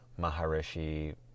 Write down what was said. maharishi